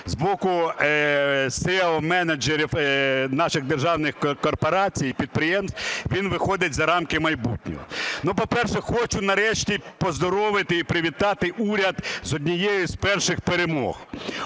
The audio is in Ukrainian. з боку SEO менеджерів наших державних корпорацій і підприємств, він виходить за рамки майбутнього. Ну, по-перше, хочу нарешті поздоровити і привітати уряд з однією з перших перемог: